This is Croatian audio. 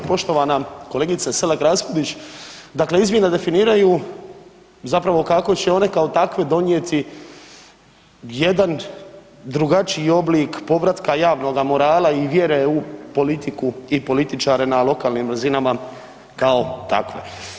Poštovana kolegice Selak Raspudić, dakle izmjene definiraju zapravo kako će one kao takve donijeti jedan drugačiji oblik povratka javnoga morala i vjere u politiku i političare na lokalnim razinama kao takve.